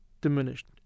diminished